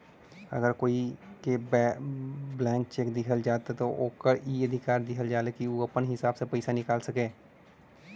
अगर कोई के ब्लैंक चेक दिहल जाला त ओके ई अधिकार दिहल जाला कि उ अपने हिसाब से पइसा निकाल सके